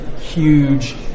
huge